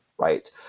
Right